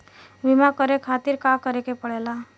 बीमा करे खातिर का करे के पड़ेला?